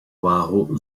váhu